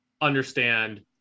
understand